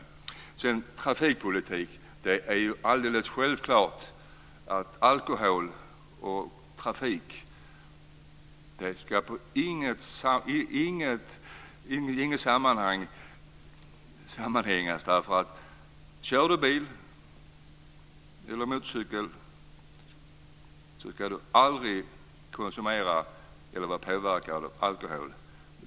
Vad gäller trafikpolitiken är det alldeles självklart att alkohol inte hör hemma i trafiken. Den som kör bil eller motorcykel ska aldrig vara påverkad av alkohol.